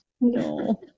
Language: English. No